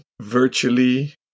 virtually